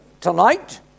tonight